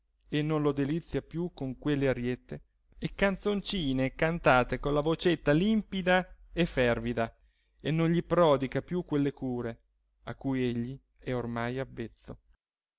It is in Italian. e non lo delizia più con quelle ariette e canzoncine cantate con la vocetta limpida e fervida e non gli prodiga più quelle cure a cui egli è ormai avvezzo